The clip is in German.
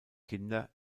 kinder